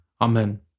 Amen